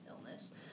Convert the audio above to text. illness